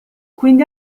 quindi